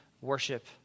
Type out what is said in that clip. worship